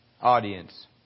Audience